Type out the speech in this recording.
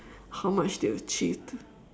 how much they achieved